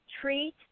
treat